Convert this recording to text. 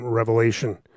revelation